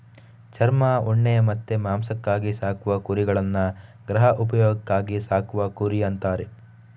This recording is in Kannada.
ಚರ್ಮ, ಉಣ್ಣೆ ಮತ್ತೆ ಮಾಂಸಕ್ಕಾಗಿ ಸಾಕುವ ಕುರಿಗಳನ್ನ ಗೃಹ ಉಪಯೋಗಕ್ಕಾಗಿ ಸಾಕುವ ಕುರಿ ಅಂತಾರೆ